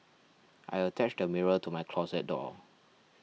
I attached a mirror to my closet door